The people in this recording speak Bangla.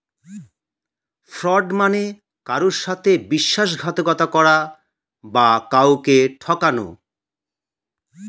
ফ্রড মানে কারুর সাথে বিশ্বাসঘাতকতা করা বা কাউকে ঠকানো